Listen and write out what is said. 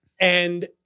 And-